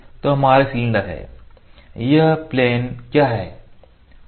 तो यह हमारा सिलेंडर है यह प्लेन क्या है